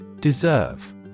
Deserve